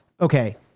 okay